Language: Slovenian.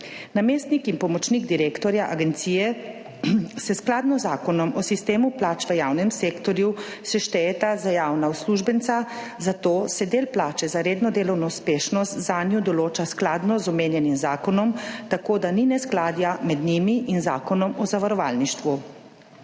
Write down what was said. Namestnik in pomočnik direktorja agencije se skladno z Zakonom o sistemu plač v javnem sektorju štejeta za javna uslužbenca, zato se del plače za redno delovno uspešnost zanju določa skladno z omenjenim zakonom, tako da ni neskladja med njimi in zakonom o zavarovalništvu.